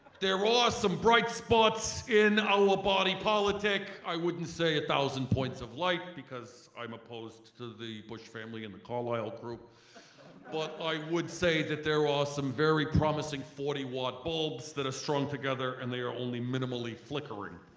there are ah some bright spots in our body politic. i wouldn't say a thousand points of light because i'm opposed to the bush family and the carlyle group but i would say that there are some very promising forty watt bulbs that are strung together and they are only minimally flickering.